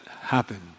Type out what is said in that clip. happen